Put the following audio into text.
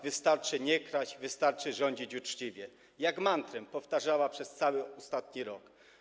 Wystarczy nie kraść, wystarczy rządzić uczciwie - jak mantrę powtarzała przez cały ostatni rok.